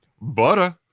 Butter